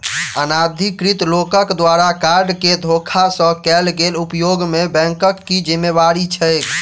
अनाधिकृत लोकक द्वारा कार्ड केँ धोखा सँ कैल गेल उपयोग मे बैंकक की जिम्मेवारी छैक?